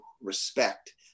respect